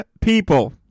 people